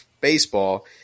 baseball